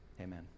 Amen